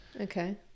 Okay